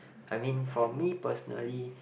I mean for me personally